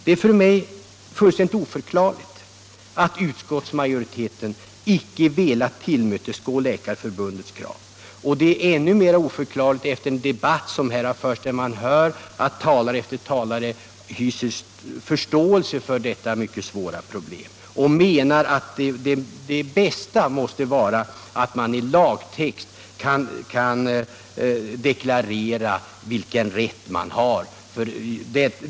Det är för mig fullständigt oförklarligt att utskottsmajoriteten inte har velat tillmötesgå Läkarförbundets krav. Och det är ännu mer oförklarligt efter den debatt som här har förts, där talare efter talare sagt sig hysa förståelse för dessa svåra problem och menat att det bästa måste vara att man i lagtext deklarerar vilken rätt läkarna har.